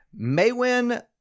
Maywin